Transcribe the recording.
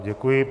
Děkuji.